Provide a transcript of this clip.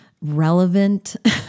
relevant